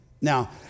Now